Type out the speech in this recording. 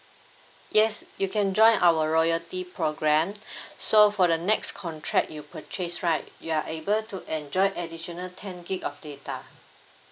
yes you can join our royalty program so for the next contract you purchase right you are able to enjoy additional ten gigabyte of data